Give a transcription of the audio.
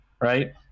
right